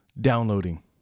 downloading